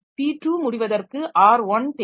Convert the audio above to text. P2 முடிவதற்கு R1 தேவை